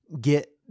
get